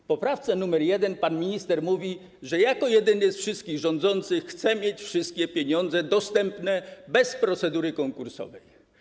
W poprawce nr 1 pan minister mówi, że jako jedyny z wszystkich rządzących chce mieć wszystkie pieniądze dostępne bez procedury konkursowej.